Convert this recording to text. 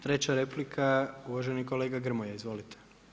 Treća replika, uvaženi kolega Grmoja, izvolite.